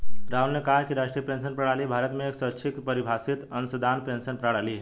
राहुल ने कहा कि राष्ट्रीय पेंशन प्रणाली भारत में एक स्वैच्छिक परिभाषित अंशदान पेंशन प्रणाली है